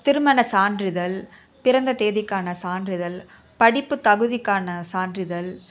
திருமண சான்றிதழ் பிறந்த தேதிக்கான சான்றிதழ் படிப்பு தகுதிக்கான சான்றிதழ்